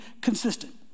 consistent